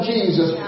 Jesus